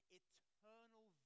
eternal